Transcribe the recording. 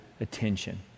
Attention